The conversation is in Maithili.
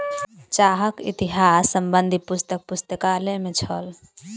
चाहक इतिहास संबंधी पुस्तक पुस्तकालय में छल